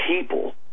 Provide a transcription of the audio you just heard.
people